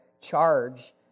charge